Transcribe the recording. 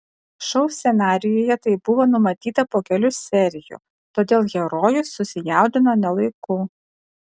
šou scenarijuje tai buvo numatyta po kelių serijų todėl herojus susijaudino ne laiku